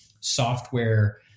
software